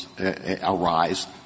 arise